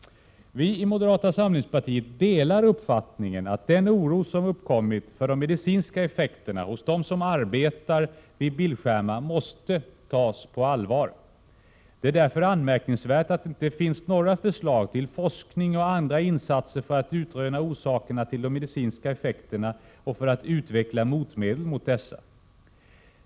Vi i moderata samlingspartiet delar uppfattningen att den oro som uppkommit för de medicinska effekterna hos dem som arbetar vid bildskärmar måste tas på allvar. Det är därför anmärkningsvärt att det inte finns några förslag till forskning och andra insatser för att utröna orsakerna till de medicinska effekterna och för att utveckla motmedel mot dessa.